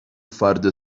فرد